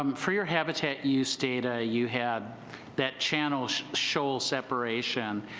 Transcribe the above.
um for your habitat you stated ah you had that channel-shoal separation.